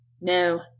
No